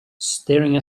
staring